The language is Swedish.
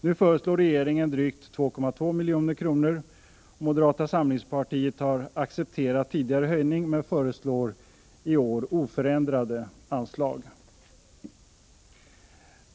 Nu föreslår regeringen drygt 2,2 milj.kr. Moderata samlingspartiet har accepterat tidigare höjningar men föreslår i år oförändrade anslag.